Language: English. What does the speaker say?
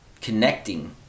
connecting